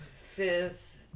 fifth